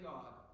God